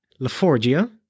LaForgia